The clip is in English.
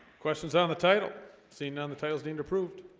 questions on the title seen on the titles deemed approved